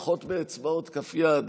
פחות מאצבעות כף יד.